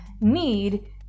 need